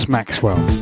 Maxwell